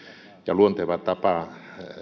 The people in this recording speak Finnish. luonteva tapa